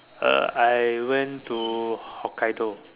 uh I went to Hokkaido